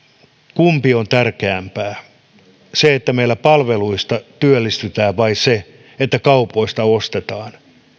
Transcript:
kumpi on tärkeämpää se että meillä palveluista työllistytään vai se että kaupoista ostetaan